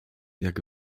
jak